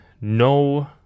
no